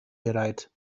bereit